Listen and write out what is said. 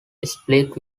split